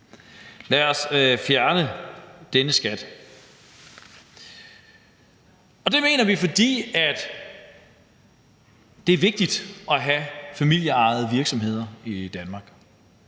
Lad os fjerne denne skat. Og det mener vi, fordi det er vigtigt at have familieejede virksomheder i Danmark.